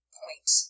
point